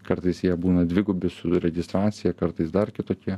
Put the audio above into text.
kartais jie būna dvigubi su registracija kartais dar kitokie